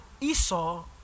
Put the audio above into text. Esau